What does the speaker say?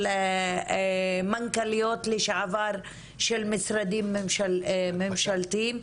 של מנכ"ליות לשעבר של משרדים ממשלתיים.